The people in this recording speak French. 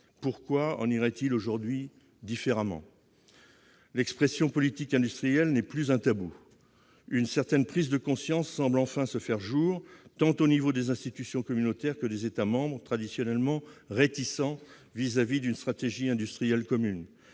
Pourquoi en irait-il aujourd'hui différemment ? L'expression « politique industrielle » n'est plus un tabou. Une certaine prise de conscience semble enfin voir le jour, tant au niveau des institutions communautaires que des États membres, traditionnellement rétifs à une stratégie industrielle commune.